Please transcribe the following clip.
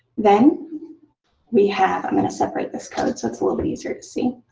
then we have i'm going to separate this code so it's a little bit easier to see.